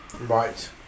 right